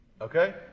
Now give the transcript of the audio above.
Okay